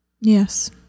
Yes